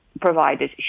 providers